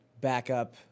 backup